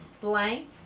blank